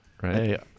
Right